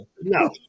No